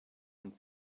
und